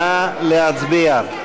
נא להצביע.